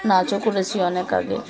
নাচও করেছি অনেক আগে